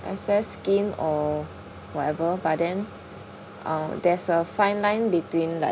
excess skin or whatever but then uh there's a fine line between like